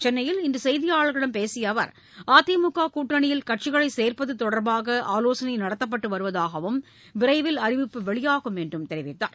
சென்னையில் இன்று செய்தியாளர்களிடம் பேசிய அவர் அதிமுக கூட்டணியில் கட்சிகளை சேர்ப்பது தொடர்பாக ஆலோசனை நடத்தப்பட்டு வருவதாகவும் விரைவில் அறிவிப்பு வெளியாகும் என்றும் தெரிவித்தார்